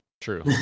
True